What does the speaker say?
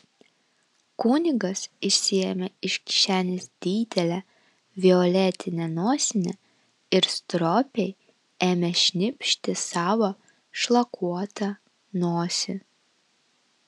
kunigas išsiėmė iš kišenės didelę violetinę nosinę ir stropiai ėmė šnypšti savo šlakuotą nosį